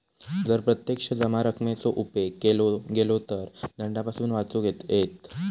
जर प्रत्यक्ष जमा रकमेचो उपेग केलो गेलो तर दंडापासून वाचुक येयत